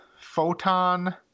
photon